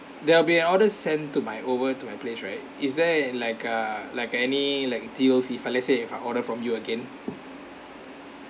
there'll be an order sent to my over to my place right is there like ah like any like deals if I let's say if I order from you again